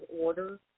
order